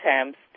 attempts